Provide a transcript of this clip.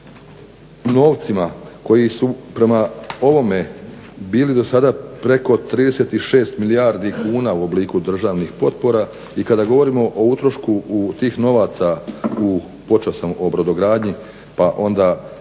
o novcima koji su prema ovome bili dosada preko 36 milijardi kuna u obliku državnih potpora i kada govorimo o utrošku tih novaca u, počeo sam o brodogradnji pa onda